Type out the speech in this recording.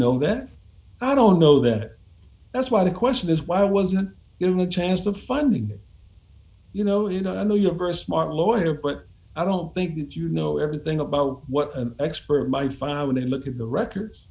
know that i don't know that that's why the question is why wasn't you know chance of finding you know and i know you're very smart lawyer but i don't think that you know everything about what an expert might find out when they look at the records